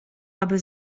aby